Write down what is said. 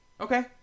Okay